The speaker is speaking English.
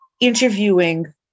interviewing